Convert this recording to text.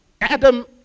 Adam